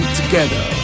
together